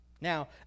Now